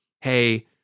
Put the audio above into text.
hey